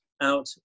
out